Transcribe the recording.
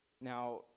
Now